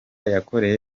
yakoreye